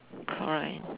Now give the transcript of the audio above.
cry